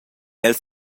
els